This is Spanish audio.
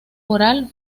oral